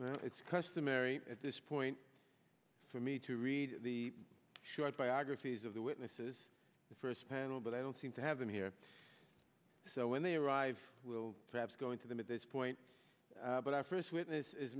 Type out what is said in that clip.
well it's customary at this point for me to read the short biographies of the witnesses the first panel but i don't seem to have them here so when they arrive we'll perhaps going to them at this point but our first witness is